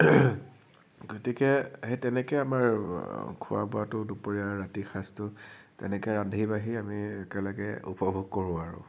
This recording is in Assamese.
গতিকে সেই তেনেকৈ আমাৰ খোৱা বোৱাতো দুপৰীয়া ৰাতিৰ সাঁজটো তেনেকে ৰান্ধি বাঢ়ি আমি একলগে উপভোগ কৰোঁ আৰু